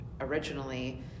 originally